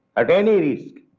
at any risk.